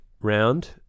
round